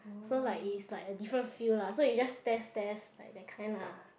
so like is like a different feel lah so you just test test like that kind lah